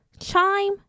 Chime